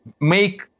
make